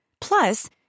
Plus